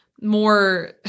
more